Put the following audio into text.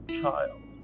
child